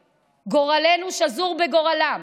סולידריות, גורלנו שזור בגורלם.